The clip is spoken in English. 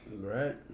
Right